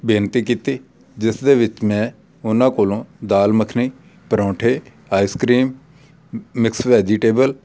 ਬੇਨਤੀ ਕੀਤੀ ਜਿਸ ਦੇ ਵਿੱਚ ਮੈਂ ਉਹਨਾਂ ਕੋਲੋਂ ਦਾਲ ਮੱਖਣੀ ਪਰੌਂਠੇ ਆਈਸਕ੍ਰੀਮ ਮਿਕਸ ਵੈਜੀਟੇਬਲ